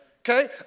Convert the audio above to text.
Okay